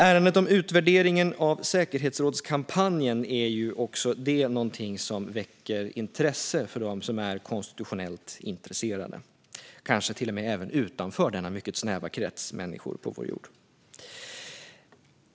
Ärendet om utvärdering av säkerhetsrådskampanjen är också detta någonting som väcker intresse för dem som är konstitutionellt intresserade, kanske till och med även utanför denna mycket snäva krets människor på vår jord.